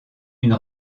une